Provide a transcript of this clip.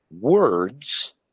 words